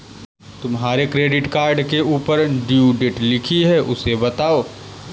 तुम्हारे credit card के ऊपर ड्यू डेट लिखी है उसे बताओ